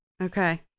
Okay